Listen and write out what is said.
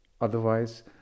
otherwise